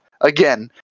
again